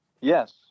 Yes